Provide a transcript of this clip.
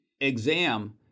exam